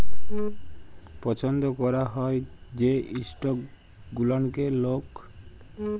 পছল্দ ক্যরা হ্যয় যে ইস্টক গুলানকে লক